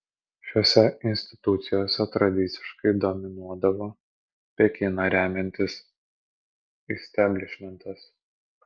šiose institucijose tradiciškai dominuodavo pekiną remiantis isteblišmentas